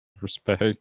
Respect